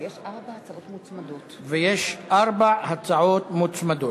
יש ארבע הצעות מוצמדות.